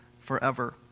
forever